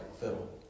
fiddle